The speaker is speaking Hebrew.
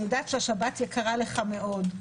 אני יודעת שהשבת יקרה לך מאוד.